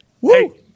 Woo